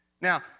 Now